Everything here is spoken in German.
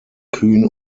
kühn